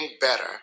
better